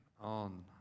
on